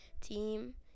team